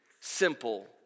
simple